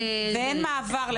ואין מעבר.